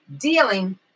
dealing